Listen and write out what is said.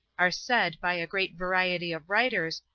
are said, by a great variety of writers,